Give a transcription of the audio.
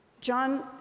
John